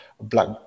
black